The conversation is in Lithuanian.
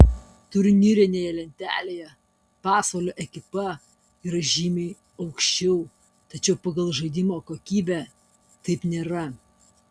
turnyrinėje lentelėje pasvalio ekipa yra žymiai aukščiau tačiau pagal žaidimo kokybę taip nėra